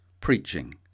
preaching